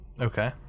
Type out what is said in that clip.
Okay